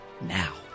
now